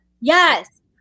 Yes